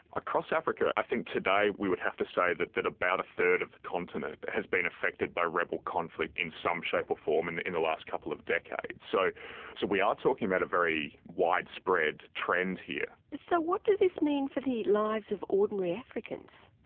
across africa, i think today we would have to say that that about a third of the continent has been affected by rebel conflict in some shape or form in the in the last couple of decades. so so we are talking about a very widespread trend here. so what does this mean for the lives of ordinary africans?